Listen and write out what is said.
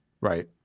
right